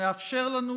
מאפשר לנו,